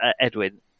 Edwin